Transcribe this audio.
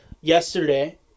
yesterday